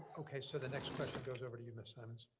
okay, so the next question goes over to you, ms. simonds.